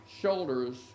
shoulders